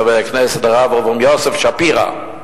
חבר הכנסת הרב אברום יוסף שפירא,